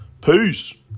peace